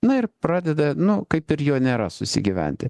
na ir pradeda nu kaip ir jo nėra susigyventi